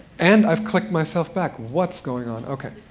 and i've clicked myself back what's going on? ok,